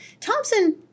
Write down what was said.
Thompson